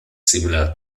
similar